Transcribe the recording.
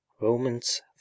Romans